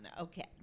Okay